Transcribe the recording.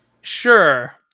Sure